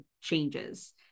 changes